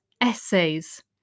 essays